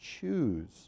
choose